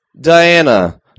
Diana